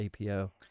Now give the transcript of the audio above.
APO